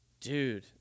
dude